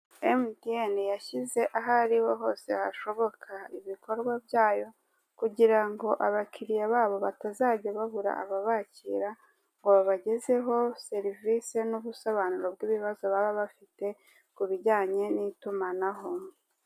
Emutiyeni yashyize aho ariho hose hashoboka ibikorwa byayo kugira ngo abakiriya babo batazajya babura ababakira ngo babagezeho serivisi n'ubusobanuro bw'ibibazo baba bafite ku bijyanye n'itumanaho.